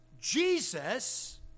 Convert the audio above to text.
Jesus